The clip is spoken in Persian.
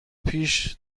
پیش